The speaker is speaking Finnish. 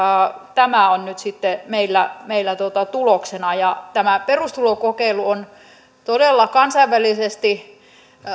tämä on nyt sitten meillä meillä tuloksena tämä perustulokokeilu on todella kansainvälisesti